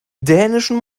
dänischen